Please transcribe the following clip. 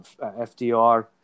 FDR